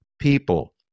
people